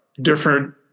different